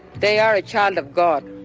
they are a child of god.